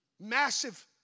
Massive